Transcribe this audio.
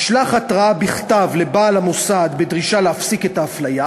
ישלח התראה בכתב לבעל המוסד בדרישה להפסיק את ההפליה.